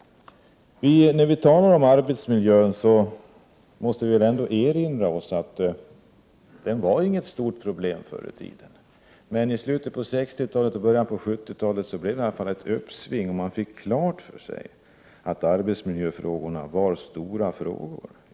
När vi talar om arbetsmiljön måste vi erinra oss att den inte var något stort problem förr i tiden. Men i slutet av 60-talet och början av 70-talet kom ett uppsving och man fick klart för sig att arbetsmiljöfrågorna vara stora frågor.